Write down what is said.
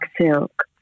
silk